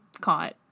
caught